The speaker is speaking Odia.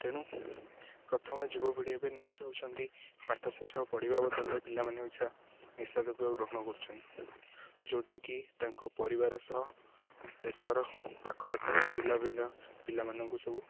ତେଣୁ ପ୍ରଥମେ ଯୁବପିଢ଼ି ଏବେ ନଷ୍ଟ ହେଉଛନ୍ତି ପାଠଶାଠ ପଢ଼ିବା ବଦଳରେ ପିଲାମାନେ ଇଚ୍ଛା ନିଶାଦ୍ରବ୍ୟ ଗ୍ରହଣ କରୁଛନ୍ତି ଯେଉଁଟାକି ତାଙ୍କ ପରିବାର ସହ ଦେଶର ପାଖଆଖର ପିଲା ପିଲା ପିଲାମାନଙ୍କୁ ସବୁ